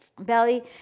belly